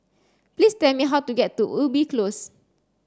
please tell me how to get to Ubi Close